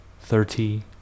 thirty